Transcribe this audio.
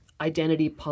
identity